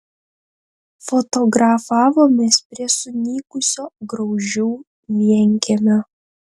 fotografavomės prie sunykusio graužių vienkiemio